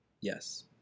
Yes